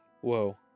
whoa